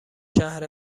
شهر